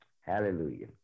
Hallelujah